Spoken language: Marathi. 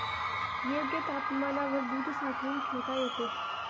योग्य तापमानावर दूध साठवून ठेवता येते